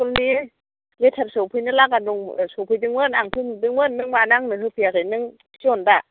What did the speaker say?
स्कुलनि लेटार सौफैनो लागा दं सौफैदोंमोन आंथ' नुदोंमोन नों मानो आंनो होफैयाखै नों पियन दा